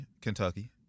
Kentucky